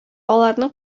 аларны